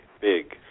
big